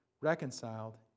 reconciled